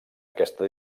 aquesta